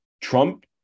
Trump